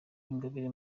ingabire